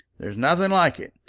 there's nothing like it.